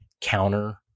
counter